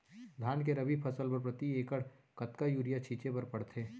धान के रबि फसल बर प्रति एकड़ कतका यूरिया छिंचे बर पड़थे?